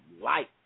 life